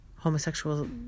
Homosexual